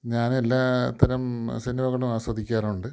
ഞാൻ എല്ലാത്തരം സിനിമകളും ആസ്വദിക്കാറുണ്ട്